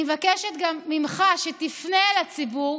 אני מבקשת גם ממך שתפנה אל הציבור: